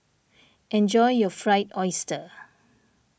enjoy your Fried Oyster